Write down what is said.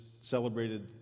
celebrated